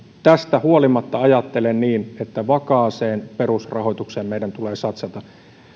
tästä huolimatta ajattelen niin että vakaaseen perusrahoitukseen meidän tulee satsata